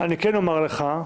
אני כן אומר לך.